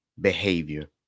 behavior